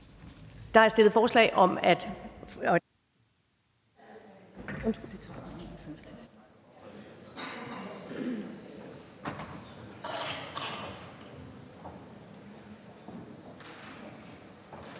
Der er stillet forslag om, at